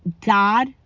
God